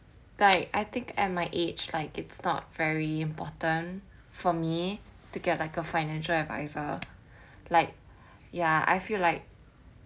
like I think at my age like it's not very important for me to get like a financial advisor like ya I feel like